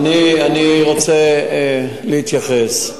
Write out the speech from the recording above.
אני רוצה להתייחס: